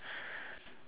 I went to